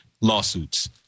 lawsuits